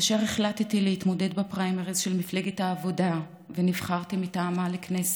כאשר החלטתי להתמודד בפריימריז של מפלגת העבודה ונבחרתי מטעמה לכנסת,